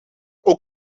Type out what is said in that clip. ook